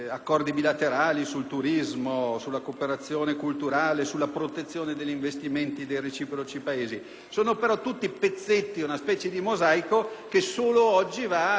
Sono però tutti pezzetti, è una specie di mosaico, che solo oggi va a creare un quadro di una certa compiutezza con l'accordo attuale. Cosa potremmo dire noi,